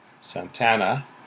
Santana